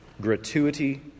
gratuity